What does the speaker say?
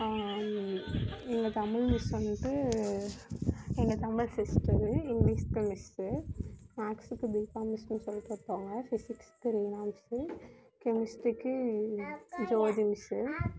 எங்கள் தமிழ் மிஸ் வந்துட்டு எங்கள் தமிழ் சிஸ்டர் இங்கிலீஷூக்கு மிஸ் மேக்ஸுக்கு தீபா மிஸ்ன்னு சொல்லிட்டு ஒருத்தவங்க ஃபிசிக்ஸ்க்கு ரீனா மிஸ் கெமிஸ்ட்ரிக்கு ஜோதி மிஸ்